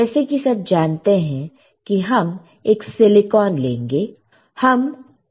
जैसे कि सब जानते हैं कि हम एक सिलिकॉन लेंगे